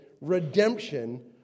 redemption